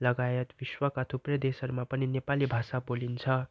लगायत विश्वका थुप्रै देशहरूमा पनि नेपाली भाषा बोलिन्छ